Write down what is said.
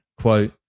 Quote